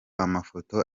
amafoto